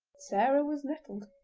sarah was nettled.